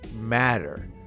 matter